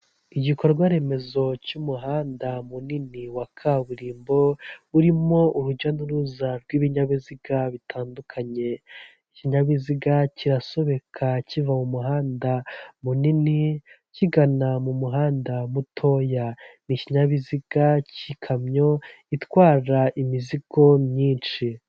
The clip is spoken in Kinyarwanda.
Igikorwa remezo cy'umuhanda munini wa kaburimbo urimo urujya n'uruza rw'ibinyabiziga bitandukanye, ikinyabiziga kirasobeka kiva mu muhanda munini kigana mu muhanda mutoya ni ikinyabiziga cy'ikamyo itwara imizigo myinshi.